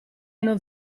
non